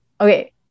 Okay